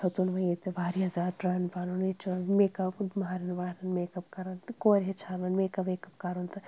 ہیوٚتُن وۄنۍ ییٚتہِ واریاہ زیادٕ ٹرٛینڈ پَنُن ییٚتہِ چھُ میک اپ مہرنٮ۪ن وارہَنٮ۪ن میک اپ کَران تہٕ کورِ ہیٚچھان وۄنۍ میکَپ ویک اپ کَرُن تہٕ